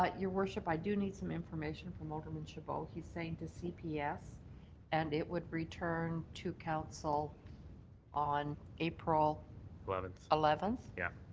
but your worship, i do need some information from alderman chabot. he's saying the cps and it would return to council on april eleventh. eleventh, yeah